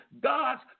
God's